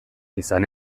izan